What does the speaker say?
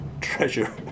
treasure